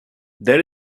there